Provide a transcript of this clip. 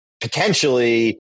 potentially